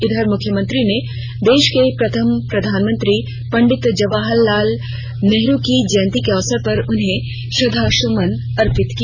इधर मुख्यमंत्री ने देश को प्रथम प्रधानमंत्री पंडित जवाहरलाल नेहरू की जयंती के अवसर पर उन्हें श्रद्वा सुमन अर्पित किया